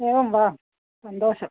एवं वा सन्तोषः